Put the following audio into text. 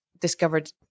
discovered